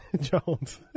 Jones